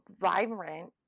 vibrant